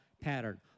pattern